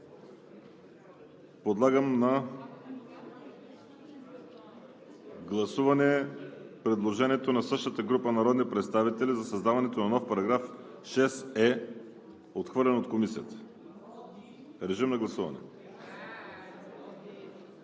Подлагам на гласуване предложението на същата група народни представители за създаването на нов § 6е, отхвърлен от Комисията. Гласували